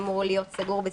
תנו לו בבקשה לסיים.